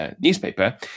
newspaper